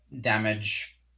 damage